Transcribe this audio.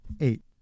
Eight